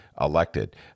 elected